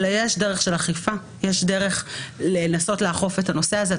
אלא יש דרך לנסות לאכוף את הנושא הזה.